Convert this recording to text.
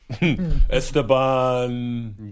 Esteban